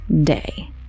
day